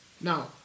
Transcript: Now